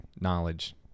knowledge